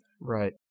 Right